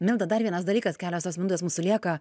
milda dar vienas dalykas kelios tos minutės mūsų lieka